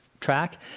track